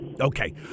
Okay